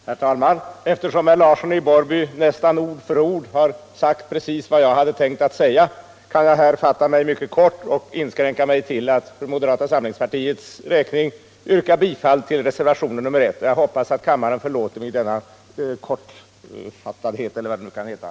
Herr talman! Eftersom herr Larsson i Borrby nästan ord för ord har sagt vad jag hade tänkt att säga kan jag inskränka mig till att för moderata samlingspartiets räkning yrka bifall till reservationen 1. Jag hoppas att kammaren förlåter mig att jag är så kortfattad.